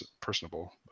personable